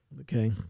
Okay